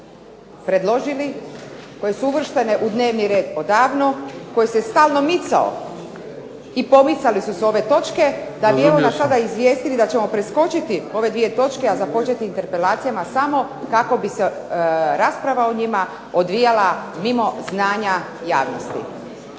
predložiti, koje su uvrštene u dnevni red odavno, koje se stalno micalo i pomicale su se ove točke, da ... toga izvijestili da ćemo preskočiti ove dvije točke, a započeti s interpelacijama samo kako bi se rasprava o njima odvijala mimo znanja javnosti.